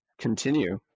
continue